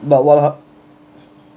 but valha~